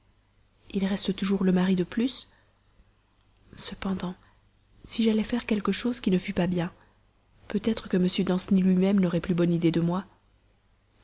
il reste toujours le mari de plus cependant si j'allais faire quelque chose qui ne fût pas bien peut-être que m danceny lui-même n'aurait plus bonne idée de moi